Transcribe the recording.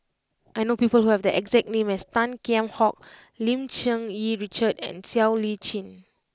I know people who have the exact name as Tan Kheam Hock Lim Cherng Yih Richard and Siow Lee Chin